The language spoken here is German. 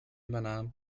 übernahm